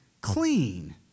clean